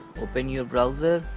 open your browser